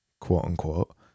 quote-unquote